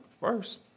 first